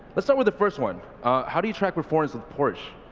but start with the first one how do you track performance with porsche?